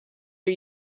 are